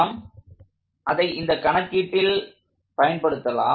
நாம் அதை இந்த கணக்கீட்டில் பயன்படுத்தலாம்